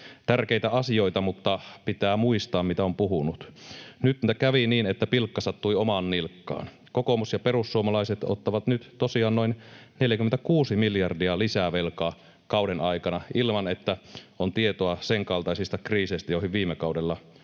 Tärkeitä asioita, mutta pitää muistaa, mitä on puhunut. Nyt kävi niin, että pilkka sattui omaan nilkkaan. Kokoomus ja perussuomalaiset ottavat nyt tosiaan noin 46 miljardia lisää velkaa kauden aikana ilman, että on tietoa senkaltaisista kriiseistä, joihin viime kaudella